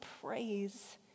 praise